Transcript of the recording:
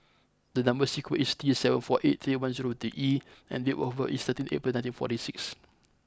the number sequence is T seven four eight three one zero two E and date of birth is thirteenth April nineteen forty six